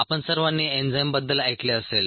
आपण सर्वांनी एन्झाईम बद्दल ऐकले असेल